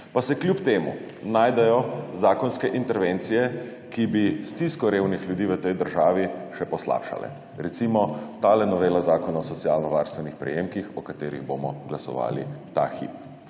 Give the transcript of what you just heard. Pa se kljub temu najdejo zakonske intervencije, ki bi stisko revnih ljudi v tej državi še poslabšale, recimo tale novela Zakona o socialno varstvenih prejemkih, o kateri bomo glasovali ta hip.